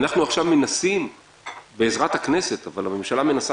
עכשיו מנסים בעזרת הכנסת הממשלה מנסה,